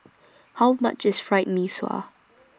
How much IS Fried Mee Sua